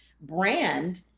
brand